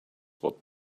what